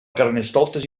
carnestoltes